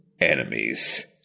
enemies